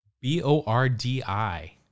B-O-R-D-I